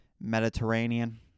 Mediterranean